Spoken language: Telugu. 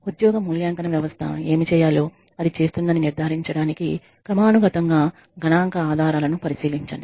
ఉద్యోగ మూల్యాంకన వ్యవస్థ ఏమి చేయాలో అది చేస్తుందని నిర్ధారించడానికి క్రమానుగతంగా గణాంక ఆధారాలను పరిశీలించండి